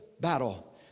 battle